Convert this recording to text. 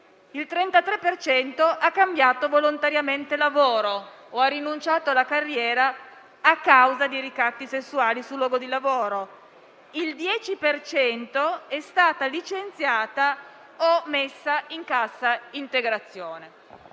queste ha cambiato volontariamente lavoro o ha rinunciato alla carriera a causa di ricatti sessuali sul luogo di lavoro; il 10 per cento è stato licenziato o messo in cassa integrazione.